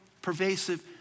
pervasive